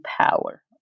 power